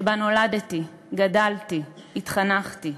שבה נולדתי, גדלתי, התחנכתי,